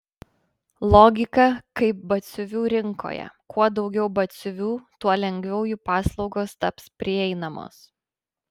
logika kaip batsiuvių rinkoje kuo daugiau batsiuvių tuo lengviau jų paslaugos taps prieinamos